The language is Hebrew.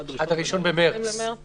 עד 1 במרץ.